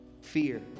fear